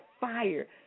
fire